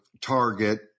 target